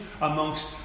amongst